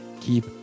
keep